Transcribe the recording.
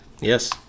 Yes